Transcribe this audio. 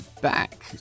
back